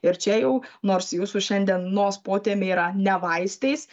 ir čia jau nors jūsų šiandienos potemė yra ne vaistais